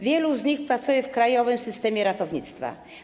Wielu z nich pracuje w krajowym systemie ratownictwa.